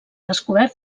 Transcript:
descobert